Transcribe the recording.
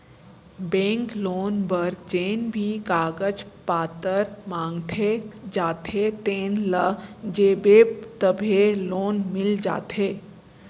bank loan बर जेन भी कागज पातर मांगे जाथे तेन ल देबे तभे लोन मिल पाथे